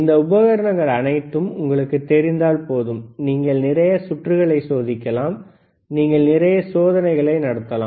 இந்த உபகரணங்கள் அனைத்தும் உங்களுக்குத் தெரிந்தால் போதும் நீங்கள் நிறைய சுற்றுகளை சோதிக்கலாம் நீங்கள் நிறைய சோதனைகளை நடத்தலாம்